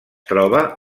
troba